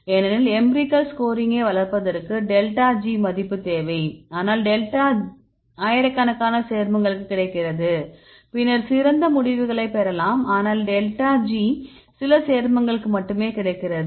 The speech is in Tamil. ஏனெனில் எம்பிரிகல் ஸ்கோரிங்கை வளர்ப்பதற்கு டெல்டா G மதிப்பு தேவை ஆனால் டெல்டா ஆயிரக்கணக்கான சேர்மங்களுக்கு கிடைக்கிறது பின்னர் சிறந்த முடிவுகளைப் பெறலாம் ஆனால் டெல்டா G சில சேர்மங்களுக்கு மட்டுமே கிடைக்கிறது